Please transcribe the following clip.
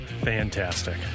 Fantastic